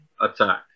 attack